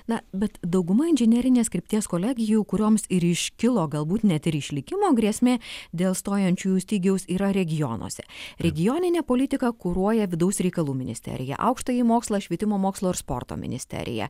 na bet dauguma inžinerinės krypties kolegijų kurioms ir iškilo galbūt net ir išlikimo grėsmė dėl stojančiųjų stygiaus yra regionuose regioninę politiką kuruoja vidaus reikalų ministerija aukštąjį mokslą švietimo mokslo ir sporto ministerija